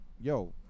Yo